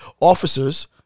officers